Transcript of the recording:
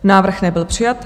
Návrh nebyl přijat.